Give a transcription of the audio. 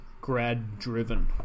grad-driven